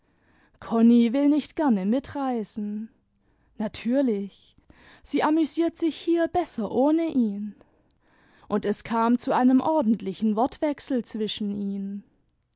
konni will nicht gerne mitreisen natürlich sie amüsiert sich hier besser ohne ihn und es kam zu einem ordentlichen wortwechsel zwischen ihnen